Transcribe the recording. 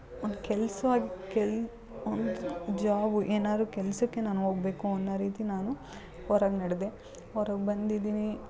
ಒಂದು ಕೆಲ್ಸ್ವಾಗಿ ಕೆಲ್ ಒಂದು ಜಾಬು ಏನಾದ್ರೂ ಕೆಲಸಕ್ಕೆ ನಾನು ಹೋಗ್ಬೇಕು ಅನ್ನೋ ರೀತಿ ನಾನು ಹೊರಗ್ ನಡೆದೆ ಹೊರಗ್ ಬಂದಿದೀನಿ